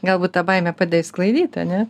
galbūt tą baimę padeda išsklaidyt ane